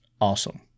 awesome